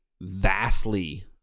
vastly